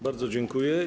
Bardzo dziękuję.